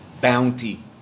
bounty